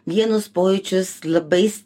vienus pojūčius labais